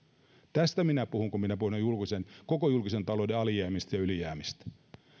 tästä minä puhun kun minä puhun koko julkisen talouden alijäämistä ja ylijäämistä